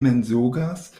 mensogas